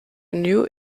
new